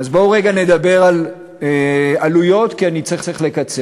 אז בואו רגע נדבר על עלויות, כי אני צריך לקצר,